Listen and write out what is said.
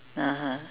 (uh huh)